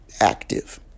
active